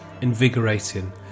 invigorating